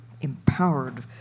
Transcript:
empowered